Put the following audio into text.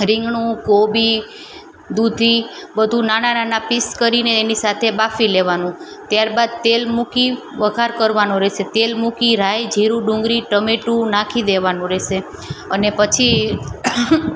રીંગણું કોબી દૂધી બધું નાના નાના પીસ કરીને એની સાથે બાફી લેવાનું ત્યારબાદ તેલ મૂકી વગાર કરવાનો રહેશે તેલ મૂકી રાઈ જીરું ડુંગરી ટમેટું નાખી દેવાનું રહેશે અને પછી